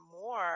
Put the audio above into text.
more